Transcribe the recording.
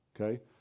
okay